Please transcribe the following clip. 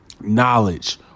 knowledge